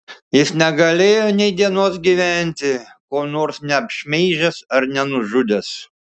jis negalėjo nei dienos gyventi ko nors neapšmeižęs ar nenužudęs